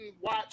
watch